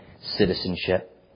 citizenship